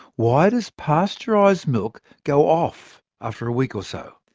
why does pasteurised milk go off after a week or so?